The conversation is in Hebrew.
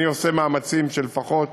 אני עושה מאמצים שלפחות